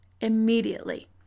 immediately